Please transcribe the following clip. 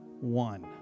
One